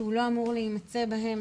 שהוא לא אמור להימצא בהם,